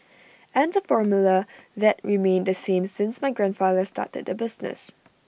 and the formula has remained the same since my grandfather started the business